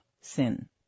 sin